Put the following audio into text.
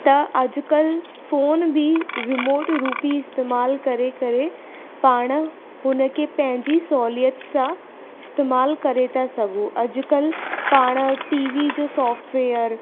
त अॼुकल्ह फ़ोन बि रिमॉट रुपी इस्तेमालु करे करे पाण हुन खे पंहिंजी सहूलियत सां इस्तेमालु करे था सघूं अॼुकल्ह पाण टी वी जो सॉफ्टवेयर